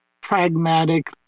pragmatic